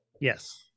Yes